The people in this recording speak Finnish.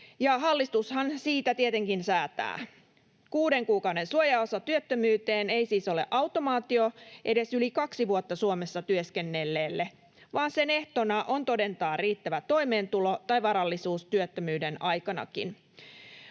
hallitushan siitä tietenkin säätää. Kuuden kuukauden suojaosa työttömyyteen ei siis ole automaatio edes yli kaksi vuotta Suomessa työskennelleille, vaan sen ehtona on todentaa riittävä toimeentulo tai varallisuus työttömyyden aikanakin.